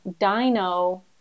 Dino